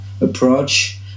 approach